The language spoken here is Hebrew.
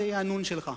זה יהיה הנו"ן שלך.